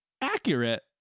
accurate